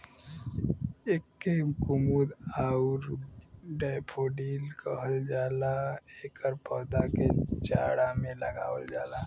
एके कुमुद आउर डैफोडिल कहल जाला एकर पौधा के जाड़ा में लगावल जाला